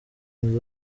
and